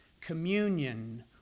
communion